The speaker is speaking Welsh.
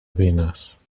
ddinas